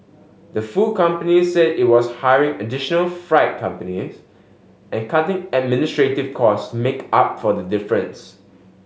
the food company said it was hiring additional freight companies and cutting administrative costs make up for the difference